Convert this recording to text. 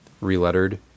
re-lettered